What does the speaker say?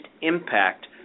impact